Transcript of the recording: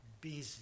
busy